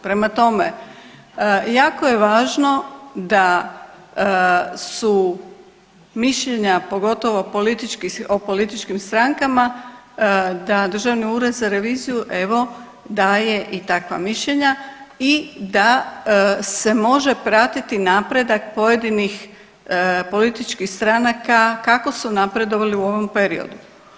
Prema tome, jako je važno da su mišljenja, pogotovo o političkim strankama da Državni ured za reviziju evo daje i takva mišljenja i da se može pratiti napredak pojedinih političkih stranaka kako su napredovali u ovom periodu.